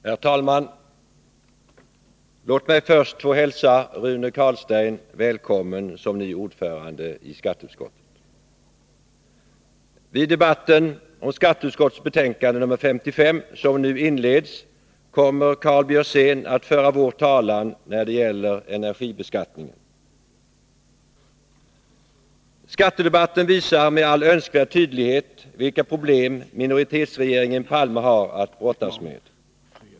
Herr talman! Låt mig först få hälsa Rune Carlstein välkommen som ny ordförande i skatteutskottet. Vid debatten om skatteutskottets betänkande nr 55, som nu inleds, kommer Karl Björzén att föra vår talan när det gäller energibeskattningen. Skattedebatten visar med all önskvärd tydlighet vilka problem minoritetsregeringen Palme har att brottas med.